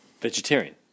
vegetarian